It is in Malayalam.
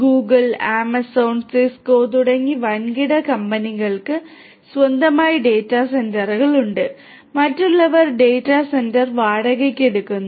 ഗൂഗിൾ ആമസോൺ സിസ്കോ തുടങ്ങിയ വൻകിട കമ്പനികൾക്ക് സ്വന്തമായി ഡാറ്റാ സെന്ററുകൾ ഉണ്ട് മറ്റുള്ളവർ ഡാറ്റാ സെന്റർ വാടകയ്ക്ക് എടുക്കുന്നു